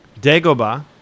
Dagobah